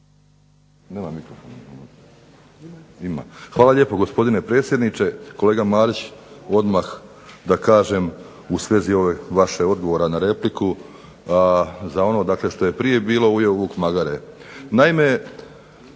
Hvala lijepo, gospodine potpredsjedniče. Kolega Marić, odmah da kažem u svezi ovog vašeg odgovora na repliku. Za ono što je prije bilo ujeo vuk magare.